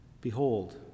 behold